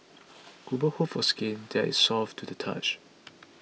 women hope for skin that is soft to the touch